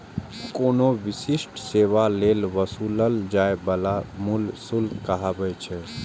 कोनो विशिष्ट सेवा लेल वसूलल जाइ बला मूल्य शुल्क कहाबै छै